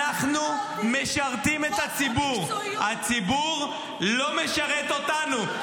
אנחנו משרתים את הציבור, הציבור לא משרת אותנו.